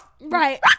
Right